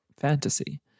fantasy